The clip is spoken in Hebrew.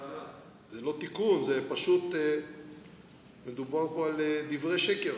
זה לא תיקון, פשוט מדובר פה על דברי שקר.